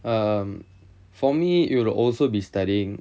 um for me it'll also be studying